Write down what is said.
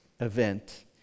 event